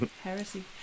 heresy